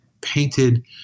painted